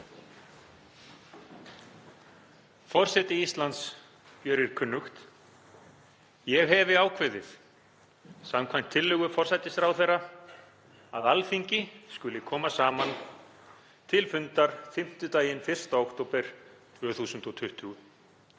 „Forseti Íslands gjörir kunnugt: Ég hefi ákveðið, samkvæmt tillögu forsætisráðherra, að Alþingi skuli koma saman til fundar fimmtudaginn 1. október 2020.